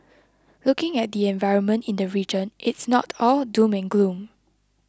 looking at the environment in the region it's not all doom and gloom